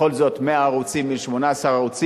בכל זאת 100 ערוצים מול 18 ערוצים,